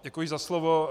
Děkuji za slovo.